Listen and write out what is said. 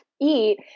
eat